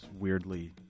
weirdly